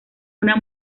una